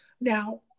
Now